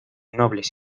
nobles